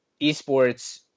esports